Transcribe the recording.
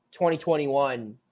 2021